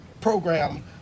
program